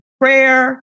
prayer